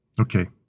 Okay